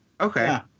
okay